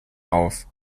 auf